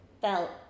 felt